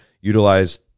utilize